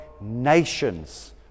nations